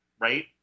right